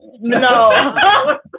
no